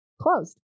closed